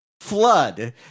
flood